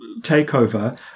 takeover